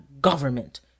government